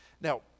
Now